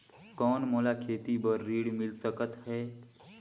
कौन मोला खेती बर ऋण मिल सकत है?